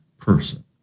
person